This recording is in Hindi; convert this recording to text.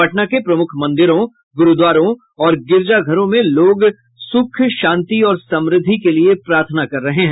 पटना के प्रमुख मंदिरों गुरूद्वारों और गिरजाघरों में लोग सुख शांति और समृद्धि के लिए प्रार्थना कर रहे हैं